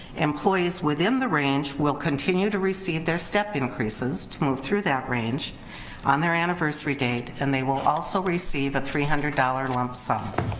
employees within the range will continue to receive their step increases to move through that range on their anniversary date and they will also receive a three hundred dollars lump sum